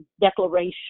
declaration